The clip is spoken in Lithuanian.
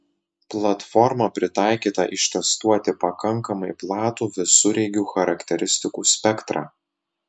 platforma pritaikyta ištestuoti pakankamai platų visureigių charakteristikų spektrą